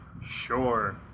Sure